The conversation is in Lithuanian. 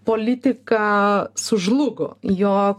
politika sužlugo jo